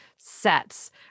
sets